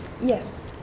Yes